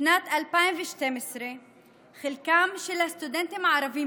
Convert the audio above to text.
בשנת 2012 חלקם של הסטודנטים הערבים